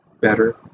better